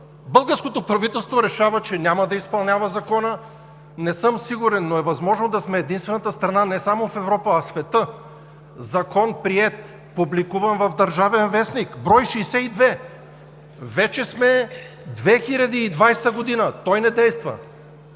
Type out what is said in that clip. Българското правителство решава, че няма да изпълнява Закона. Не съм сигурен, но е възможно да сме единствената страна не само в Европа, а в света – приет закон, публикуван в „Държавен вестник“ – бр. 62. Вече сме 2020 г., а той не действа.